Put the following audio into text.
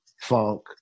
funk